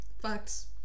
facts